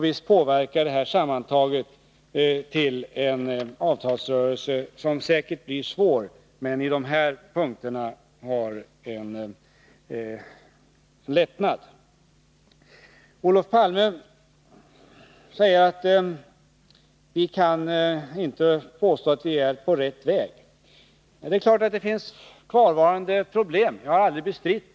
Visst medverkar detta sammantaget till en avtalsrörelse, som visserligen säkerligen blir svår men som underlättas av bl.a. de förhållanden jag här nämnt. Olof Palme säger att vi inte kan påstå att vi är på rätt väg. Det är klart att det finns kvarvarande problem — jag har aldrig bestridit det.